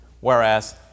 whereas